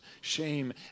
shame